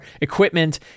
equipment